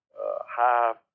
high